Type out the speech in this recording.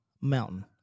mountain